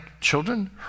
children